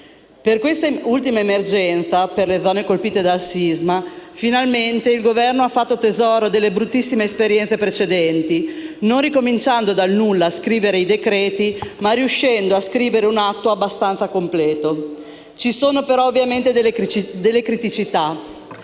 Per quest'ultima emergenza per le zone colpite dal sisma finalmente il Governo ha fatto tesoro delle bruttissime esperienze precedenti, non ricominciando dal nulla a scrivere i decreti-legge, ma riuscendo a scrivere un atto abbastanza completo, ma ovviamente ci sono delle criticità.